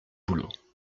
boulot